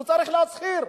צריך להצהיר.